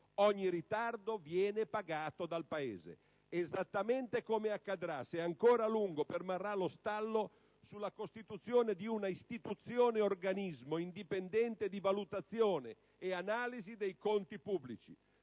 Ogni ritardo viene pagato dal Paese, esattamente come accadrà, se ancora permarrà a lungo lo stallo sulla costituzione di una istituzione-organismo indipendente di valutazione e analisi dei conti pubblici.